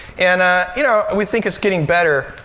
and, ah you know, we think it's getting better,